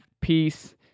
peace